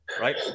Right